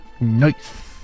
Nice